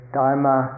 dharma